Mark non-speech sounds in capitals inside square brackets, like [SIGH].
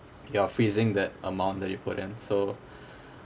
you are freezing that amount that you put in so [BREATH]